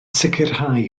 sicrhau